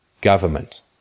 Government